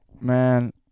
Man